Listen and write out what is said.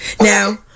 Now